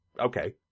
okay